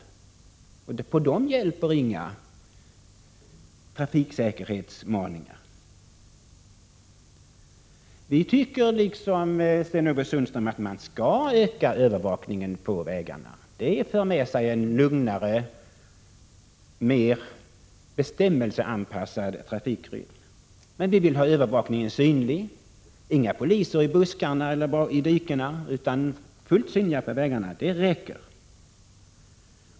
I de fallen hjälper inga trafiksäkerhetsmaningar. Vi tycker som Sten-Ove Sundström, att man skall öka övervakningen på vägarna. Det för med sig en lugnare och mer bestämmelseanpassad trafikrytm. Men vi vill ha övervakningen synlig. Det skall inte vara några poliser i buskarna eller i dikena, utan de skall vara fullt synliga på vägarna. Det räcker.